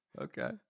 Okay